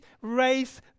race